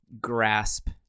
grasp